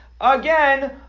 again